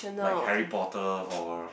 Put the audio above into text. like Harry-Potter or